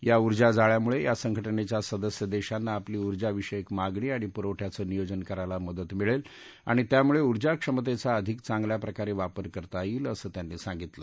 या उर्जा जाळ्यामुळे या संघटनेच्या सदस्य देशांना आपली उर्जाविषयक मागणी आणि पूरवठ्याचं नियोजन करायला मदत मिळेल आणि त्यामुळे उर्जाक्षमतेचा अधिक चांगल्या प्रकारे वापर करता येईल असं त्यांनी सांगितलं